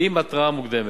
עם התרעה מוקדמת.